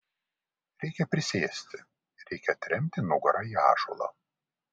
reikia prisėsti reikia atremti nugarą į ąžuolą